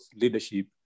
leadership